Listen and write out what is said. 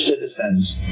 citizens